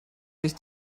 sich